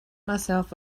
myself